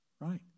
Right